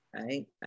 right